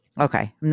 Okay